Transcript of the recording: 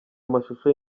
amashusho